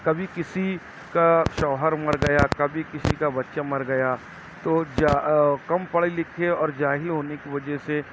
کبھی کسی کا شوہر مر گیا کبھی کسی کا بچہ مر گیا تو کم پڑھنے لکھے اور جاہل ہونے کی وجہ سے